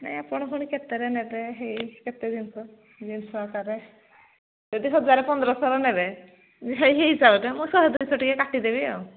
ନାଇଁ ଆପଣ ପୁଣି କେତେରେ ନେବେ ହେଇ କେତେ ଜିନଷ ଯଦି ହଜାରେ ପନ୍ଦରଶହର ନେବେ ସେଇ ହିସାବରେ ମୁଁ ଶହେ ଦୁଇଶହ ଟିକେ କାଟିଦେବି ଆଉ